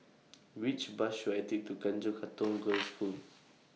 Which Bus should I Take to Tanjong Katong Girls' School